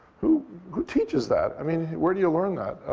who who teaches that? i mean, where do you learn that?